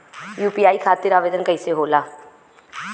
UPI खातिर आवेदन कैसे होला?